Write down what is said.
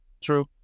True